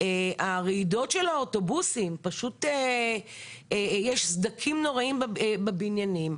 הרעידות של האוטובוסים יש סדקים נוראיים בבניינים.